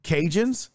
Cajuns